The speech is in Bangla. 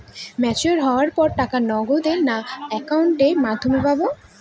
ম্যচিওর হওয়ার পর টাকা নগদে না অ্যাকাউন্টের মাধ্যমে পাবো?